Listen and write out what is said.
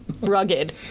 Rugged